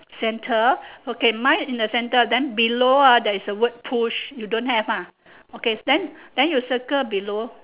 center okay mine in the center then below ah there is a word push you don't have ah okay then then you circle below